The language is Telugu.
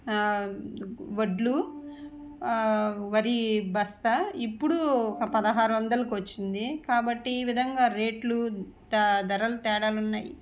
వడ్లు వరి బస్తా ఇప్పుడు పదహారు వందలకు వచ్చింది కాబట్టి ఈ విధంగా రేట్లు ద ధరలు తేడాలు ఉన్నాయి